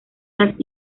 las